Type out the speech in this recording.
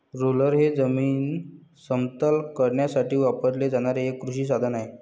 roller हे जमीन समतल करण्यासाठी वापरले जाणारे एक कृषी साधन आहे